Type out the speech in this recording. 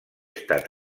estat